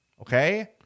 Okay